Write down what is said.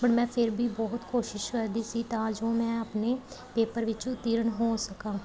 but ਮੈਂ ਫਿਰ ਵੀ ਬਹੁਤ ਕੋਸ਼ਿਸ਼ ਕਰਦੀ ਸੀ ਤਾਂ ਜੋ ਮੈਂ ਆਪਣੇ ਪੇਪਰ ਵਿੱਚ ਉਤੇਰਨ ਹੋ ਸਕਾਂ